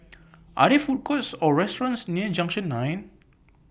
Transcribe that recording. Are There Food Courts Or restaurants near Junction nine